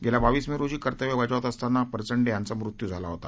गेल्या बावीस मे रोजी कर्तव्य बजावत असताना परचंडे यांचा मृत्यू झाला होता